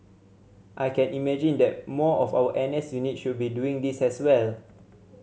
I can imagine that more of our N S units should be doing this as well